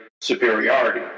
superiority